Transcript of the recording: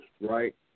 right